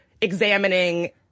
examining